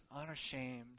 unashamed